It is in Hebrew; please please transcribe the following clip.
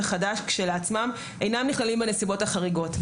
חדש כשלעצמם אינם נכללים בנסיבות החריגות.